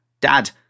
Dad